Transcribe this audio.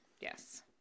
yes